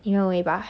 因为